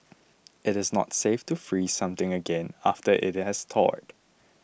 it is not safe to freeze something again after it has thawed